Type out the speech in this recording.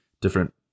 different